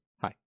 Hi